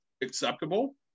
acceptable